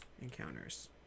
encounters